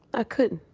i couldn't.